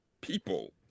people